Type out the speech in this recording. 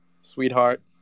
sweetheart